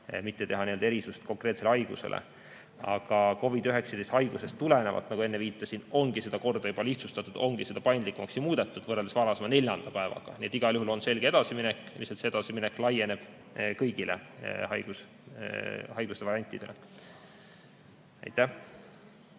mitte teha erisust konkreetsele haigusele. Aga COVID-19 haigusest tulenevalt, nagu enne viitasin, ongi seda korda juba lihtsustatud, ongi seda paindlikumaks muudetud võrreldes varasema neljanda päevaga. Nii et igal juhul on selge edasiminek, lihtsalt see edasiminek laieneb kõigile haiguste variantidele. Aitäh!